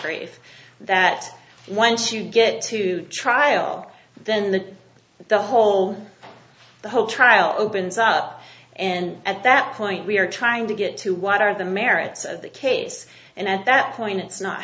if that one should get to trial then the whole the whole trial opens up and at that point we are trying to get to what are the merits of the case and at that point it's not